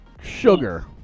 Sugar